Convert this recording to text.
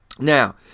Now